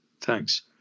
Thanks